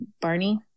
Barney